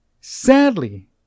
Sadly